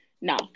no